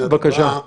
יכול